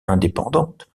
indépendante